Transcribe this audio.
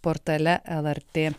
portale lrt